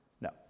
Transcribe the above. No